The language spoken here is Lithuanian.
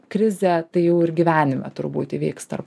krizė tai jau ir gyvenime turbūt įvyksta ar